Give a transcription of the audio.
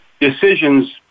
decisions